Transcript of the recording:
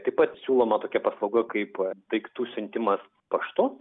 taip pat siūloma tokia paslauga kaip daiktų siuntimas paštu